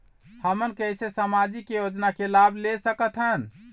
हमन कैसे सामाजिक योजना के लाभ ले सकथन?